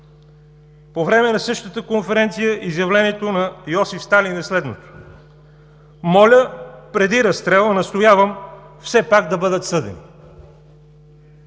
По време на същата конференция изявлението на Йосиф Сталин е следното: „Моля, преди разстрела настоявам все пак да бъдат съдени.“